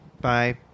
Bye